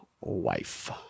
wife